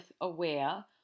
aware